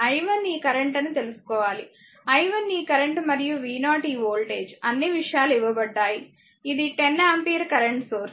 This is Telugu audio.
i 1 ఈ కరెంట్ అని తెలుసుకోవాలి i 1 ఈ కరెంట్ మరియు v0 ఈ వోల్టేజ్ అన్ని విషయాలు ఇవ్వబడ్డాయి ఇది 10 ఆంపియర్ కరెంట్ సోర్స్